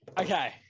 okay